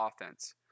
offense